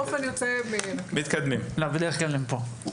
הכול בסדר, מתקדמים, בדרך כלל הם פה.